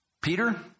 Peter